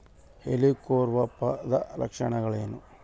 ಹೆಲಿಕೋವರ್ಪದ ಲಕ್ಷಣಗಳೇನು?